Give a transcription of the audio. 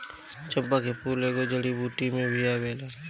चंपा के फूल एगो जड़ी बूटी में भी आवेला